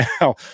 now